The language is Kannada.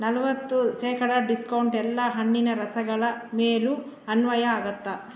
ನಲ್ವತ್ತು ಶೇಕಡಾ ಡಿಸ್ಕೌಂಟ್ ಎಲ್ಲ ಹಣ್ಣಿನ ರಸಗಳ ಮೇಲೂ ಅನ್ವಯ ಆಗುತ್ತಾ